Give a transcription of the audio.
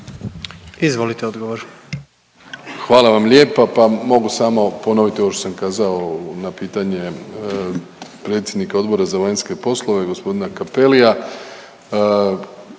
Andrej (HDZ)** Hvala vam lijepa, pa mogu samo ponoviti ovo što sam kazao na pitanje predsjednika Odbora za vanjske poslove g. Cappellia.